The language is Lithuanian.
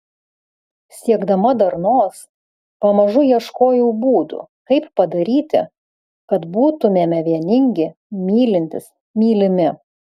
siekdama darnos pamažu ieškojau būdų kaip padaryti kad būtumėme vieningi mylintys mylimi